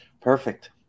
Perfect